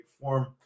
form